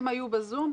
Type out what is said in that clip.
הם היו ב"זום",